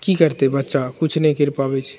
की करतै बच्चा किछु नहि करि पाबै छै